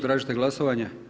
Tražite glasovanje?